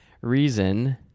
reason